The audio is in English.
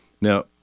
Now